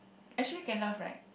actually can laugh right